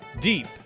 deep